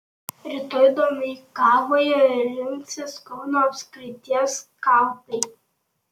rytoj domeikavoje rinksis kauno apskrities skautai